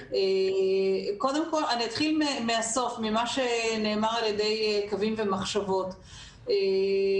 אתחיל מהסוף, ממה שנאמר על ידי "קוים ומחשבות".